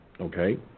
Okay